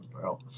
bro